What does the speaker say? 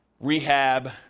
rehab